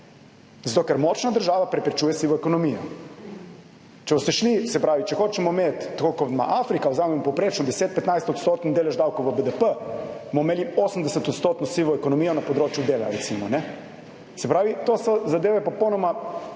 Zato ker močna država preprečuje sivo ekonomijo. Če boste šli, se pravi, če hočemo imeti tako kot ima Afrika, vzamemo povprečno 10, 15 odstoten delež davkov v BDP bomo imeli 80 % odstotno sivo ekonomijo na področju dela, recimo. Se pravi, to so zadeve popolnoma